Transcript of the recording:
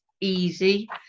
easy